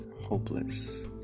hopeless